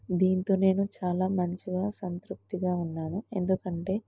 దీంతో నేను చాలా మంచిగా సంతృప్తిగా ఉన్నాను ఎందుకంటే